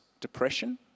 depression